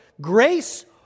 grace